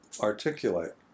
articulate